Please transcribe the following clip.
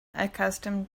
accustomed